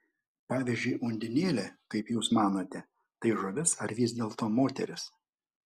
pavyzdžiui undinėlė kaip jūs manote tai žuvis ar vis dėlto moteris